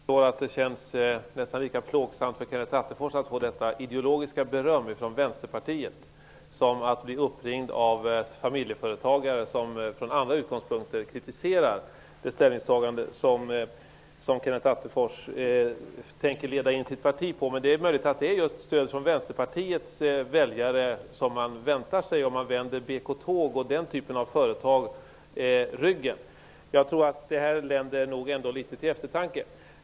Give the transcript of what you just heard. Herr talman! Jag tror att det känns nästan lika plågsamt för Kenneth Attefors att få detta ideologiska beröm från Vänsterpartiet som att bli uppringd av en familjeföretagare som från andra utgångspunkter kritiserar det ställningstagande som Kenneth Attefors tänker leda in sitt parti på. Det är möjligt att det är just stödet från Vänsterpartiets väljare som man väntar sig om man vänder BK-Tåg och den typen av företag ryggen. Det länder nog ändå litet till eftertanke.